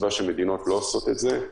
הסיבה שמדינות לא עושות את זה,